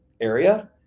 area